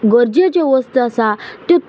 गरजे ज्यो वस्तू आसा त्यो